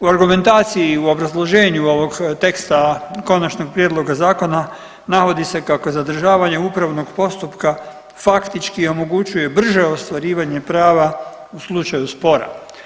U argumentaciji, u obrazloženju ovog teksta konačnog prijedloga zakona navodi se kako zadržavanje upravnog postupka faktički omogućuje brže ostvarivanje prava u slučaju spora.